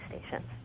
stations